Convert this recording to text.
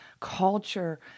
culture